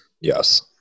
yes